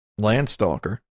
Landstalker